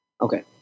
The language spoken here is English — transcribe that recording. Okay